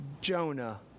Jonah